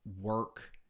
work